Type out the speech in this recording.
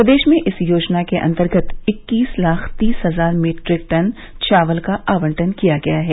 प्रदेश में इस योजना के अन्तर्गत इक्कीस लाख तीस हजार मीट्रिक टन चावल का आवंटन किया गया है